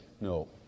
no